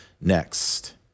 next